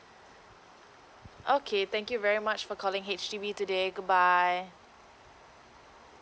okay thank you very much for calling H_D_B today good bye